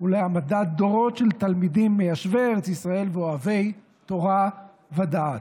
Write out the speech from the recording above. ולהעמדת דורות של תלמידים מיישבי ארץ ישראל ואוהבי תורה ודעת.